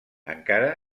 encara